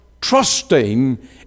trusting